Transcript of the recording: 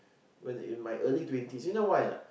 when in my early twenties you know why or not